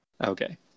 Okay